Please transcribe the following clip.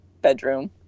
bedroom